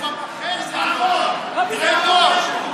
זה טוב,